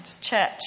church